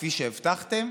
כפי שהבטחתם,